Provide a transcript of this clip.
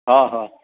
हा हा